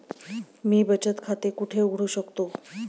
मी बचत खाते कुठे उघडू शकतो?